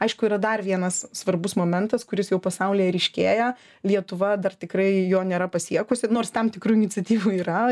aišku yra dar vienas svarbus momentas kuris jau pasaulyje ryškėja lietuva dar tikrai jo nėra pasiekusi nors tam tikrų iniciatyvų yra